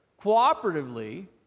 cooperatively